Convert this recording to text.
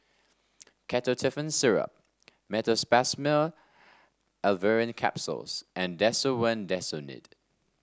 Ketotifen Syrup Meteospasmyl Alverine Capsules and Desowen Desonide